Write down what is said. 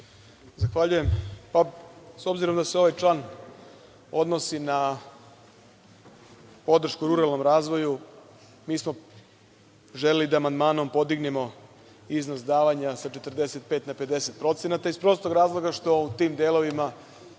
Zahvaljujem.S obzirom da se ovaj član odnosi na podršku ruralnom razvoju, mi smo želeli da amandmanom podignemo iznos davanja sa 45% na 50%, iz prostog razloga što u tim delovima